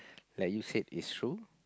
like you said is true